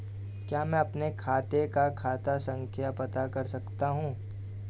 क्या मैं अपने खाते का खाता संख्या पता कर सकता हूँ?